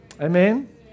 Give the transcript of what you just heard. Amen